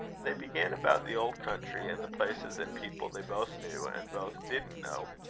they began about the old country, and the places and people they both knew, and both didn't know.